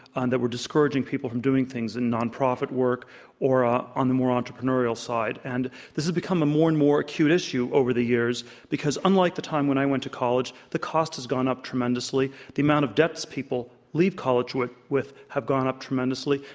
and that were discouraging people from doing things in nonprofit work or or on the more entrepreneurial side. and this has become a more and more acute issue over the years because unlike the time when i went to college, the cost has gone up tremendously. the amount of debt that people leave college with with have gone up tremendously.